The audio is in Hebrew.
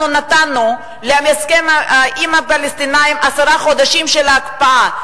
אנחנו נתנו בהסכם עם הפלסטינים עשרה חודשים של הקפאה.